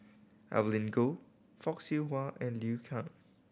Evelyn Goh Fock Siew Wah and Liu Kang